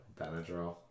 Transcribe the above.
Benadryl